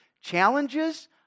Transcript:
challenges